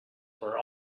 were